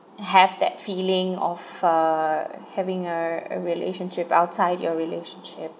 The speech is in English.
have that feeling of uh having a a relationship outside your relationship